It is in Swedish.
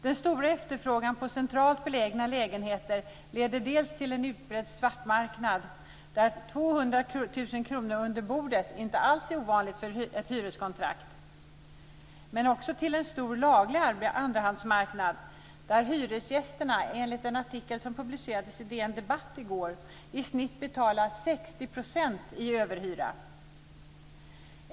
Den stora efterfrågan på centralt belägna lägenheter leder dels till en utbredd svartmarknad, där 200 000 kr under bordet inte alls är ovanligt för ett hyreskontrakt, dels till en stor laglig andrahandsmarknad, där hyresgästerna enligt en artikel på DN Debatt i går i snitt betalar 60 % i överhyra.